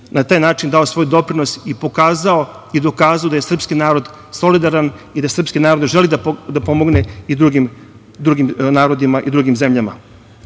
na taj način dao svoj doprinos i pokazao i dokazao da je srpski narod solidaran i da želi da pomogne i drugim narodima i drugim zemljama. Na